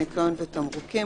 ניקיון ותמרוקים,